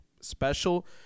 special